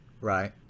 Right